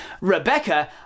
Rebecca